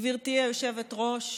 גברתי היושבת-ראש,